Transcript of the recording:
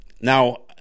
Now